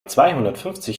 zweihundertfünfzig